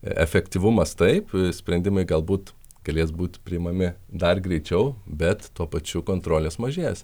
efektyvumas taip sprendimai galbūt galės būti priimami dar greičiau bet tuo pačiu kontrolės mažės